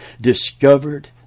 discovered